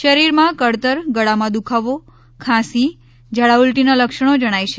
શરીરમાં કળતર ગળામાં દુખાવો ખાંસી ઝાડા ઉલ્ટીનાં લક્ષણો જણાય છે